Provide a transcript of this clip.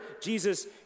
Jesus